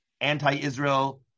anti-Israel